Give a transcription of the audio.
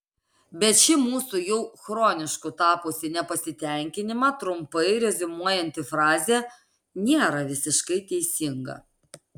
bet ši mūsų jau chronišku tapusį nepasitenkinimą trumpai reziumuojanti frazė nėra visiškai teisinga